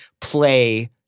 play